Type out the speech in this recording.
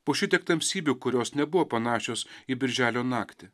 po šitiek tamsybių kurios nebuvo panašios į birželio naktį